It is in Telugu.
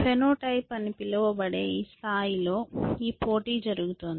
సమలక్షణంగా పిలువబడే ఈ స్థాయిలో ఈ పోటీ జరుగుతోంది